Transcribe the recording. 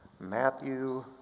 Matthew